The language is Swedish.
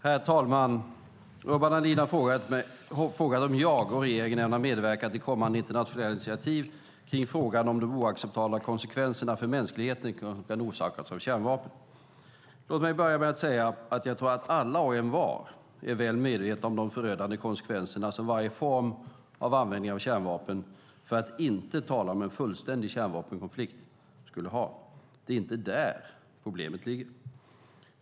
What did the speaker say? Herr talman! Urban Ahlin har frågat om jag och regeringen ämnar medverka till kommande internationella initiativ kring frågan om de oacceptabla konsekvenserna för mänskligheten som kan orsakas av kärnvapen. Låt mig börja med att säga att jag tror att alla och envar är väl medvetna om de förödande konsekvenser som varje form av användning av kärnvapen, för att inte tala om en fullskalig kärnvapenkonflikt, skulle ha. Det är inte där problemet ligger.